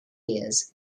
beers